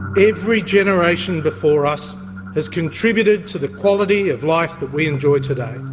every generation before us has contributed to the quality of life that we enjoy today.